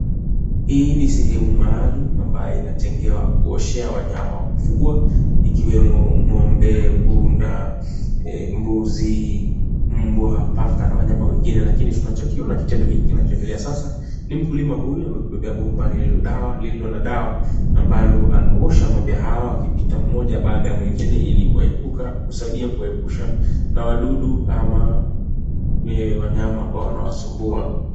Hii ni sehemu maalumu ambayo inatengewa kuoshea wanyama wa kufugwa ikiwemo ng'ombe, punda, mbuzi, mbwa, paka na wanyama wengine. Lakini tunachokiona kitendo hiki kinachoendelea sasa, ni mkulima huyu amekubebea bomba lililo dawa lililo na dawa ambalo anaosha ng'ombe hawa akipita mmoja baada ya mwingine ilikuwa kuwaepuka kusaidia kuwaepusha na wadudu ama wanyama ambao wanawasumbua.